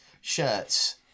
shirts